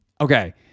Okay